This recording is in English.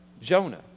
Jonah